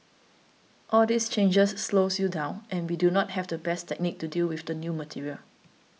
all these changes slows you down and we do not have the best technique to deal with the new material